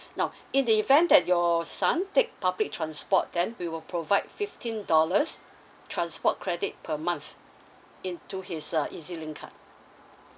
now in the event that your son take public transport then we will provide fifteen dollars transport credit per month into his uh ezlink card